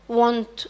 want